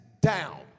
down